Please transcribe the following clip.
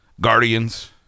Guardians